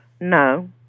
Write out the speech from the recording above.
No